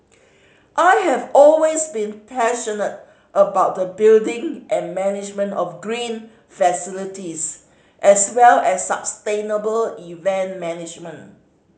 I have always been passionate about the building and management of green facilities as well as sustainable event management